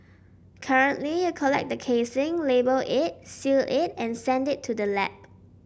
currently you collect the casing label it seal it and send it to the lab